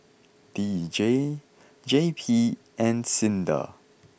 D J J P and Sinda